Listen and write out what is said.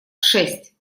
шесть